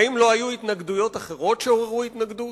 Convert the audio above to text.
האם לא היו תוכניות אחרות שעוררו התנגדות?